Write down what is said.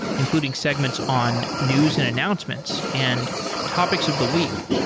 including segments on news and announcements and topics of the week.